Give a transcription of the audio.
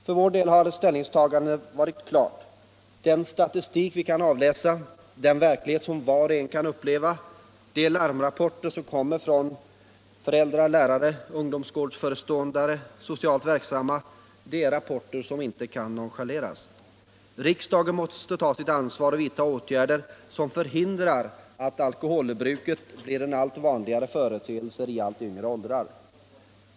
För vår del har ställningstagandet varit klart. Den statistik vi kan avläsa, den verklighet som var och en kan uppleva, de larmrapporter som kommer från föräldrar, lärare, ungdomsgårdsföreståndare och socialt verksamma — det är saker som inte kan nonchaleras. Riksdagen måste ta sitt ansvar och vidta åtgärder som förhindrar att alkoholbruket blir en allt vanligare företeelse i allt yngre åldrar.